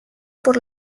por